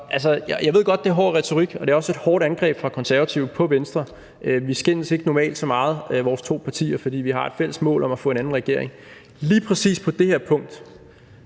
Jeg ved godt, at det er hård retorik, og det er også et hårdt angreb fra Konservative på Venstre. Vi skændes normalt ikke så meget – vores to partier – for vi har et fælles mål om at få en anden regering. Lige præcis på det her punkt